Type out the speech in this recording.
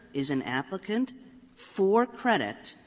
is an applicant for credit,